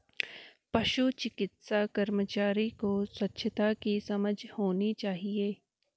पशु चिकित्सा कर्मचारी को स्वच्छता की समझ होनी चाहिए